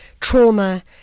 trauma